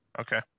Okay